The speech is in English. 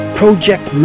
project